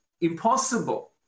impossible